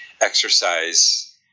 exercise